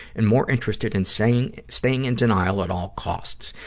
and more interested in staying staying in denial at all costs.